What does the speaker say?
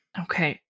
Okay